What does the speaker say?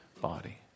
body